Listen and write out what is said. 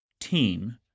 team